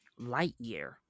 Lightyear